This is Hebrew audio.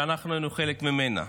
שאנחנו היינו חלק ממנה.